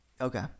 Okay